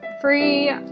free